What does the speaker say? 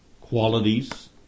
qualities